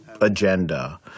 agenda